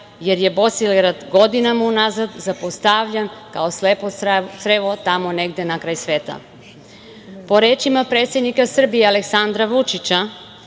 jer je Bosilegrad godinama unazad zapostavljen kao slepo crevo, tamo negde na kraj sveta. Po rečima predsednika Srbije Aleksandra Vučića